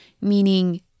meaning